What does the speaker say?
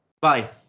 Bye